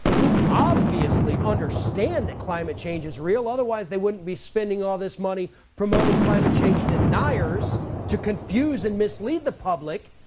who obviously understand that climate change is real, otherwise they wouldn't be spending all this money promoting climate change deniers to confuse and mislead the public.